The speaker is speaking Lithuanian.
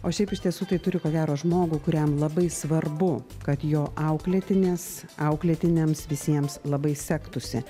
o šiaip iš tiesų tai turi ko gero žmogų kuriam labai svarbu kad jo auklėtinės auklėtinėms visiems labai sektųsi